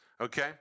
Okay